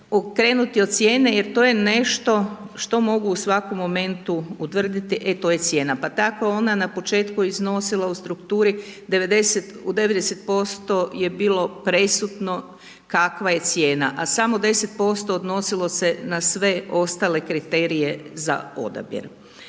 okrenuti od cijene jer to je nešto što mogu u svakom momentu utvrditi, e to je cijena. Pa tako je ona na početku iznosila u strukturi u 90% je bilo presudno kakva je cijena, a samo 10% odnosilo se na sve ostale kriterije za odabir.